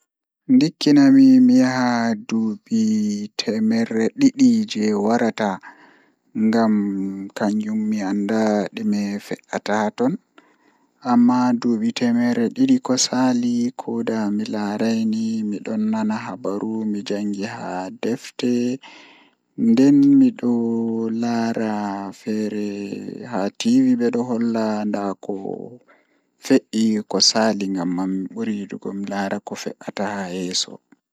Ndikkinami mi yaha duubi temerre didi ko warata ngam kanjum mi anda dume fe'ata haa ton amma duubi temerre didi ko saali kooda mi laarai ni midon nana habaruji haa defte nden midon laara feere haa tiivi bedon holla ndaa ko fe'e ko saali ngamman mi buri yiduki mi laara ko feata haa yeeso